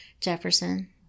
Jefferson